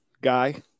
guy